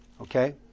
Okay